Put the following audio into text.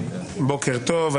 טוב,